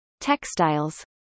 textiles